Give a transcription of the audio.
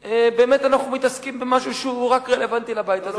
שבאמת אנחנו מתעסקים במשהו שהוא רלוונטי רק לבית הזה.